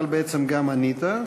אבל בעצם גם ענית,